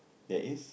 there is